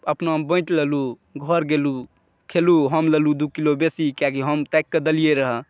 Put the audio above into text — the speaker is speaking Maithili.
अपनामे बाँटि लेलहुॅं घर गेलहुॅं खेलहुॅं हम लेलहुॅं दू किलो बेसी कियाकि हम ताकि कऽ देलियै रहय